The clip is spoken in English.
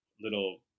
little